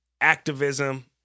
activism